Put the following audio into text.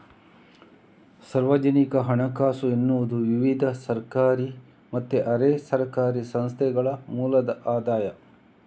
ಸಾರ್ವಜನಿಕ ಹಣಕಾಸು ಎನ್ನುವುದು ವಿವಿಧ ಸರ್ಕಾರಿ ಮತ್ತೆ ಅರೆ ಸರ್ಕಾರಿ ಸಂಸ್ಥೆಗಳ ಮೂಲದ ಆದಾಯ